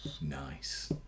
Nice